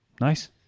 nice